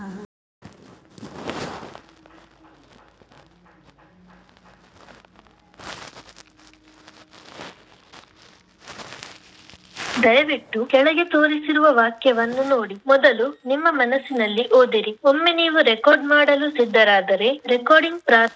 ಹಾಲು, ತತ್ತಿ, ತುಪ್ಪ, ಚರ್ಮಮತ್ತ ಉಣ್ಣಿಯಂತ ಉತ್ಪನ್ನಗಳಿಗೆ ಸಾಕೋ ಪ್ರಾಣಿಗಳನ್ನ ಜಾನವಾರಗಳು ಅಂತ ಕರೇತಾರ